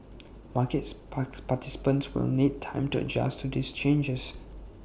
markets park participants will need time to adjust to these changes